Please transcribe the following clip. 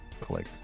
click